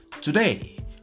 Today